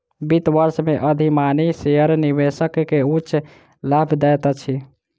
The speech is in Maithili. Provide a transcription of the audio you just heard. वित्त वर्ष में अधिमानी शेयर निवेशक के उच्च लाभ दैत अछि